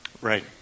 Right